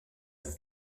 and